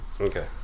okay